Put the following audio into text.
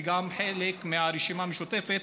וגם חלק מהרשימה המשותפת,